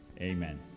Amen